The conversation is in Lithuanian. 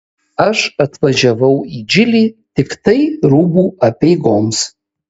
aš atvažiavau į džilį tiktai rūbų apeigoms